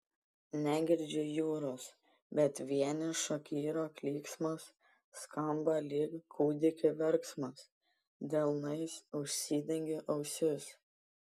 negirdžiu jūros bet vienišo kiro klyksmas skamba lyg kūdikio verksmas delnais užsidengiu ausis